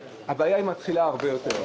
הבעיה היא הרבה יותר גדולה.